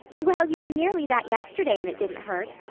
well, you were nearly that yesterday and it didn't hurt,